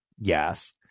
yes